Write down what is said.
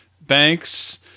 banks